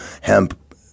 hemp